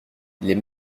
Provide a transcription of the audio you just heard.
les